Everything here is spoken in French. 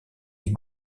est